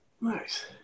Nice